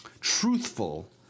truthful